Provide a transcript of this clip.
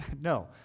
No